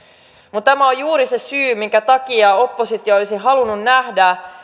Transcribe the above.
mutta tämä on juuri se syy minkä takia oppositio olisi halunnut nähdä